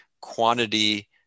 Quantity